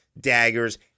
daggers